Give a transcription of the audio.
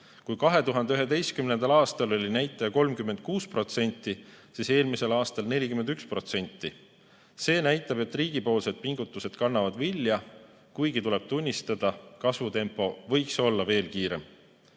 Kui 2011. aastal oli see näitaja 36%, siis eelmisel aastal 41%. See näitab, et riigi pingutused kannavad vilja, kuigi tuleb tunnistada: kasvutempo võiks olla veel kiirem.